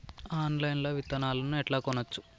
Online లా విత్తనాలను ఎట్లా కొనచ్చు?